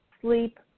sleep